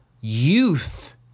youth